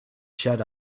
shut